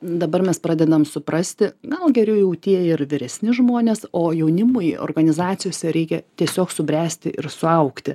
dabar mes pradedam suprasti gal geriau jau tie ir vyresni žmonės o jaunimui organizacijose reikia tiesiog subręsti ir suaugti